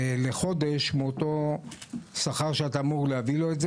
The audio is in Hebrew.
לחודש מאותו שכר שאתה אמור לתת לו.